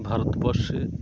ভারতবর্ষে